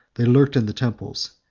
they lurked in the temples,